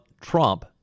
Trump